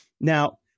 Now